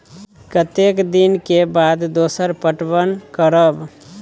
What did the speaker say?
कतेक दिन के बाद दोसर पटवन करब?